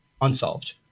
Unsolved